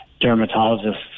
dermatologists